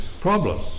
problem